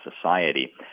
society